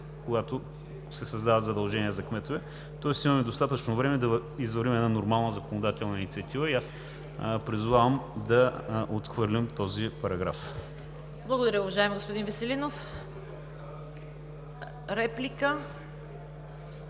когато се създават задължения за кметове. Тоест, имаме достатъчно време да извървим една нормална законодателна инициатива и аз призовавам да отхвърлим този параграф. ПРЕДСЕДАТЕЛ ЦВЕТА КАРАЯНЧЕВА: Благодаря, уважаеми господин Веселинов. Реплика?